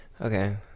okay